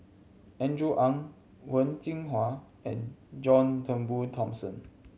Andrew Ang Wen Jinhua and John Turnbull Thomson